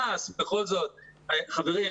חברים,